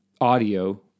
audio